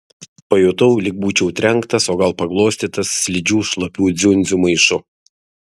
pajutau lyg būčiau trenktas o gal paglostytas slidžiu šlapių dziundzių maišu